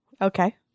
Okay